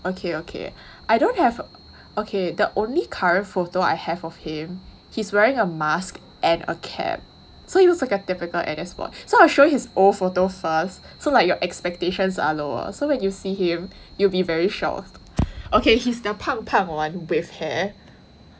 okay okay I don't have okay the only current photo I have of him he's wearing a mask and a cap so he looks like a typical N_S boy so I show his old photo first so like your expectations are lower so when you see him you'll be very okay he's the 胖胖 one with hair